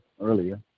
earlier